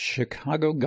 Chicago